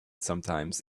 sometimes